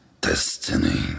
destiny